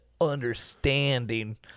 understanding